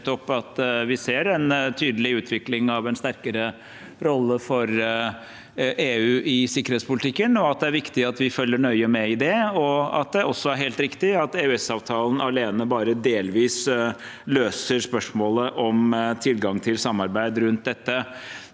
la stor vekt på at vi ser en tydelig utvikling av en sterkere rolle for EU i sikkerhetspolitikken, at det er viktig at vi følger nøye med på det, og at det også er helt riktig at EØS-avtalen alene bare delvis løser spørsmålet om tilgang til samarbeid rundt dette.